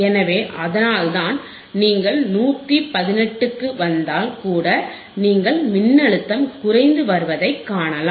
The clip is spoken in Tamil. எனவே அதனால்தான் நீங்கள் 118 க்கு வந்தால் கூட நீங்கள் மின்னழுத்தம் குறைந்து வருவதைக் காணலாம்